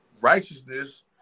righteousness